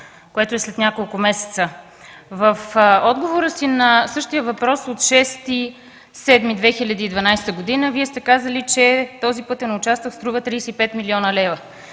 което е след няколко месеца. В отговора си на същия въпрос от 6 юли 2012 г. Вие сте казали, че този пътен участък струва 35 млн. лв.,